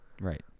Right